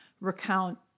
recount